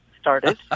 started